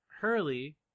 Hurley